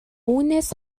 үүнээс